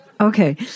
Okay